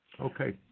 Okay